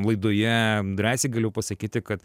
laidoje drąsiai galiu pasakyti kad